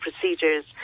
procedures